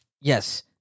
Yes